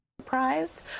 surprised